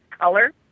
color